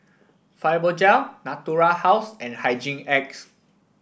Fibogel Natura House and Hygin X